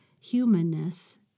humanness